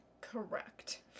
Correct